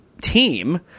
team